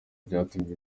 byatumye